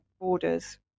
borders